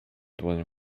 dłonią